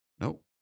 Nope